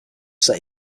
set